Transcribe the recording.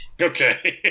Okay